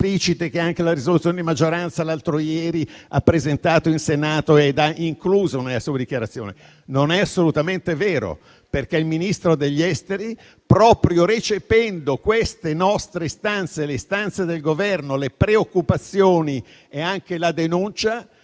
che anche la risoluzione di maggioranza presentata l'altro ieri in Senato ha incluso nella sua dichiarazione? Non è assolutamente vero, perché il Ministro degli esteri di Israele, proprio recependo queste nostre istanze, le istanze del Governo Meloni, le preoccupazioni e anche la denuncia,